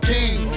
King